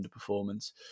underperformance